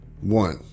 one